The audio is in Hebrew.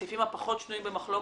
הסעיפים הפחות שנויים במחלוקת,